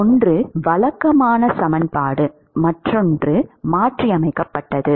ஒன்று வழக்கமான சமன்பாடு மற்றொன்று மாற்றியமைக்கப்பட்டது